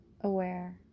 aware